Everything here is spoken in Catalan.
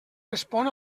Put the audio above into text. respon